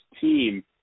team